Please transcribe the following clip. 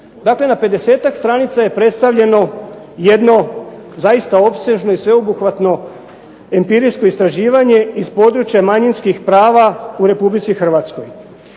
Dakle, na 50-tak stranica je predstavljeno jedno zaista opsežno i sveobuhvatno empirijsko istraživanje iz područja manjinskih prava u Republici Hrvatskoj.